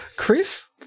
Chris